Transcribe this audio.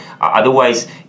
otherwise